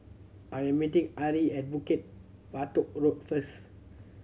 I am meeting Ari at Bukit Batok Road first